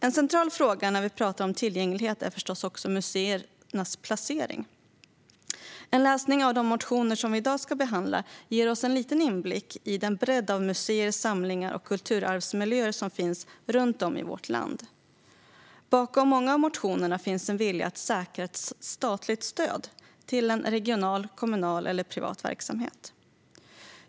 En central fråga när vi pratar om tillgänglighet är förstås också museernas placering. En läsning av de motioner som vi i dag behandlar ger oss en liten inblick i den bredd av museer, samlingar och kulturarvsmiljöer som finns runt om i vårt land. Bakom många av motionerna finns en vilja att säkra ett statligt stöd till en regional, kommunal eller privat verksamhet.